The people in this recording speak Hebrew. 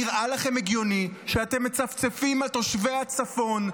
למה נראה לכם הגיוני שאתם מצפצפים על תושבי הצפון,